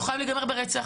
זה לא חייב להיגמר ברצח,